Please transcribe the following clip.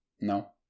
no